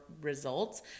results